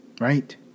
Right